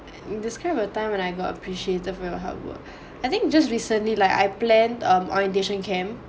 describe a time when I got appreciative for your hard work I think just recently like I planned um my orientation camp